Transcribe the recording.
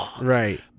right